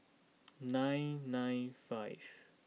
nine nine five